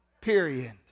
period